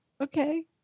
Okay